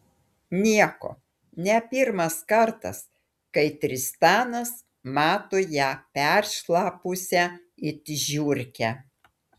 nieko ne pirmas kartas kai tristanas mato ją peršlapusią it žiurkę